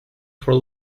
for